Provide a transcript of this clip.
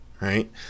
right